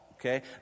Okay